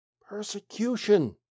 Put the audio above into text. persecution